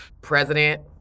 President